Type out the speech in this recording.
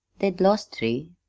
they'd lost three,